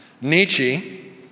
Nietzsche